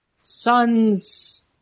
son's